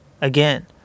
Again